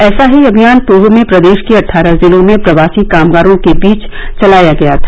ऐसा ही अभियान पूर्व में प्रदेश के अटठारह जिलों में प्रवासी कामगारों के बीच चलाया गया था